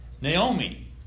Naomi